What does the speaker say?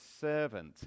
servant